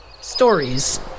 stories